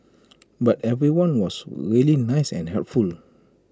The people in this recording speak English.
but everyone was really nice and helpful